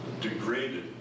degraded